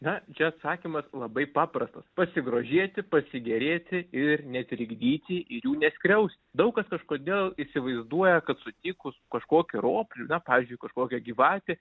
na čia atsakymas labai paprastas pasigrožėti pasigėrėti ir netrikdyti ir jų neskriausti daug kas kažkodėl įsivaizduoja kad sutikus kažkokį roplių na pavyzdžiui kažkokią gyvatę